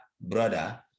brother